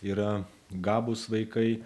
yra gabūs vaikai